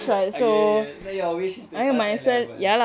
okay okay so your wish is to pass A level